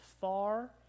far